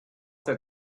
that